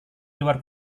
luar